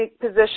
position